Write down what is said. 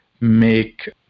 make